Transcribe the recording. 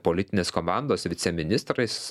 politinės komandos viceministrais